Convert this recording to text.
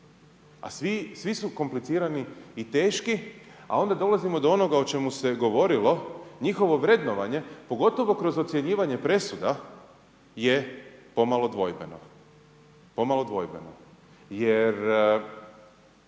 svi su komplicirani i teški a onda dolazimo do onoga o čemu se govorilo, njihovo vrednovanje, pogotovo kroz ocjenjivanje presuda je pomalo dvojbeno, pomalo dvojbeno. Jer